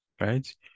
right